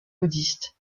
bouddhiste